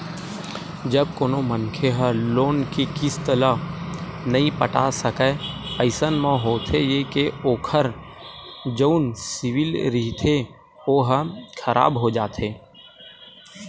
जब कोनो मनखे ह लोन के किस्ती ल नइ पटा सकय अइसन म होथे ये के ओखर जउन सिविल रिहिथे ओहा खराब हो जाथे